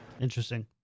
Interesting